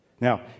Now